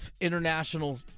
international